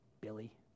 Billy